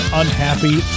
unhappy